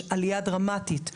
יש עלייה דרמטית,